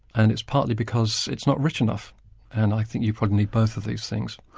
and it's partly because it's not rich enough and i think you probably need both of these things.